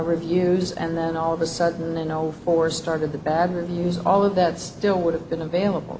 reviews and then all of a sudden the no four started the bad reviews all of that still would have been available